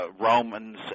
Romans